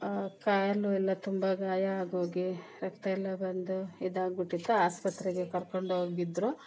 ಕಾಲು ಎಲ್ಲ ತುಂಬ ಗಾಯ ಆಗಿ ಹೋಗಿ ರಕ್ತ ಎಲ್ಲ ಬಂದು ಇದಾಗ್ಬಿಟ್ಟಿತ್ತು ಆಸ್ಪತ್ರೆಗೆ ಕರ್ಕೊಂಡು ಹೋಗಿದ್ರು